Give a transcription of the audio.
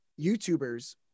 YouTubers